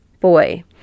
boy